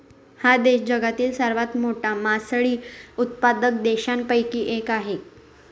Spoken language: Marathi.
हा देश जगातील सर्वात मोठा मासळी उत्पादक देशांपैकी एक आहे